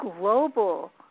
global